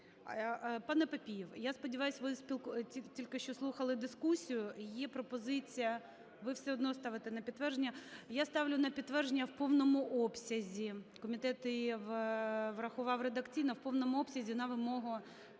пане Папієв, я сподіваюсь, ви тільки що слухали дискусію. Є пропозиція… Ви все одно ставите на підтвердження. Я ставлю на підтвердження в повному обсязі, комітет її врахував редакційно, в повному обсязі на вимогу